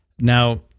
Now